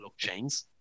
blockchains